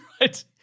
Right